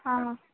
हा